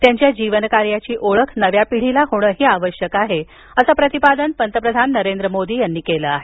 त्यांच्या जीवनकार्याची ओळख नव्या पिढीला होणं आवश्यक आहे असं प्रतिपादन पंतप्रधान नरेंद्र मोदी यांनी केलं आहे